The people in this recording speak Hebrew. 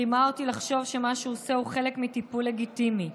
רימה אותי לחשוב שמה שהוא עושה הוא חלק מטיפול לגיטימי.